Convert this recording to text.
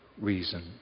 reason